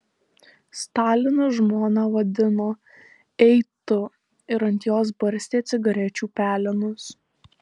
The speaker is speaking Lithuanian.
stalinas žmoną vadino ei tu ir ant jos barstė cigarečių pelenus